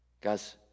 Guys